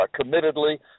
committedly